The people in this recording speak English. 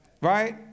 right